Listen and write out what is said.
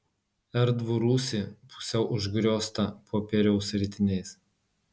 erdvų rūsį pusiau užgrioztą popieriaus ritiniais